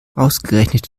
ausgerechnet